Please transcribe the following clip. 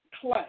clay